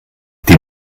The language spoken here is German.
die